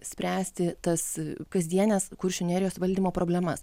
spręsti tas kasdienes kuršių nerijos valdymo problemas